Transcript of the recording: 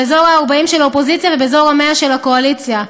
באזור ה-40 של האופוזיציה ובאזור ה-100 של הקואליציה.